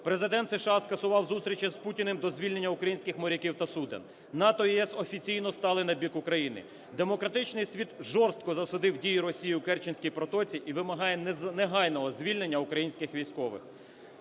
Президент США скасував зустріч із Путіним до звільнення українських моряків та суден, НАТО і ЄС офіційно стали на бік України. Демократичний світ жорстко засудив дії Росії у Керченській протоці і вимагає негайного звільнення українських військових.